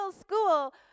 School